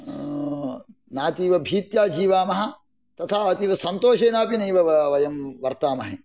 नातीव भीत्या जीवामः तथा अतीव सन्तोषेण अपि नैव वयं वर्तामहे